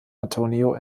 antonio